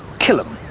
kill them